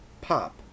pop